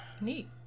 Neat